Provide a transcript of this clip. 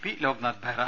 P Loknath Behera